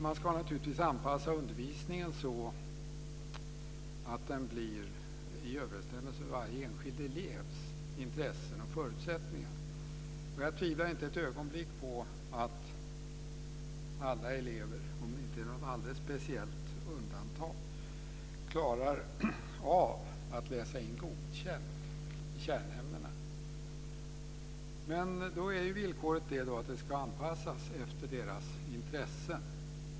Man ska naturligtvis anpassa undervisningen så att den blir i överensstämmelse med varje enskild elevs intressen och förutsättningar. Jag tvivlar inte ett ögonblick på att alla elever, om det inte är något alldeles speciellt undantag, klarar av att läsa in godkänt i kärnämnena. Men då är villkoret att ämnena ska anpassas efter deras intressen.